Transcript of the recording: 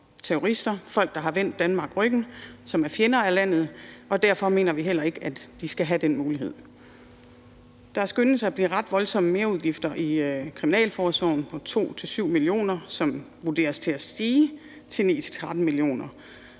terrorister, folk, der har vendt Danmark ryggen, og som er fjender af landet, og derfor mener vi heller ikke, at de skal have den mulighed. Der skønnes at blive ret voldsomme merudgifter i kriminalforsorgen på 2-7 mio. kr., og udgifterne vurderes at stige til 9-13 mio.